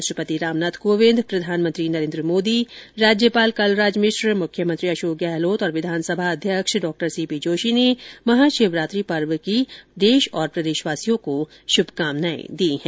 राष्ट्रपति रामनाथ कोविंद प्रधानमंत्री नरेन्द्र मोदी राज्यपाल कलराज मिश्र मुख्यमंत्री अशोक गहलोत विधानसभा अध्यक्ष डॉ सी पी जोशी ने महाशिवरात्रि पर्व की देश प्रदेशवासियों को शुभकामनाएं दी हैं